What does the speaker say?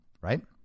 Right